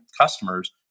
customers